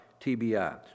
TBI